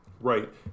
Right